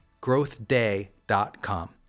growthday.com